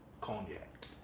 Cognac